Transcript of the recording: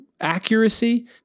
accuracy